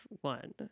one